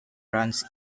runs